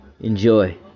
Enjoy